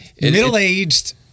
middle-aged